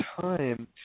time